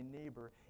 neighbor